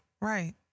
Right